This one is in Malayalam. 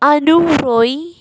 അനു റോയി